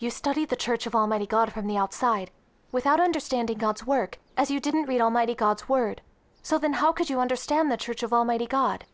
you study the church of almighty god from the outside without understanding god's work as you didn't read almighty god's word so then how could you understand the church of almighty god